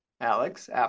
Alex